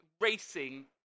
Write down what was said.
racing